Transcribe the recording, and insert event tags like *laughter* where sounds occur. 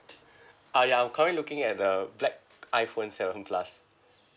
*breath* ah ya I'm currently looking at the black iphone seven plus